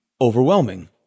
overwhelming